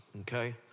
okay